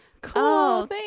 Cool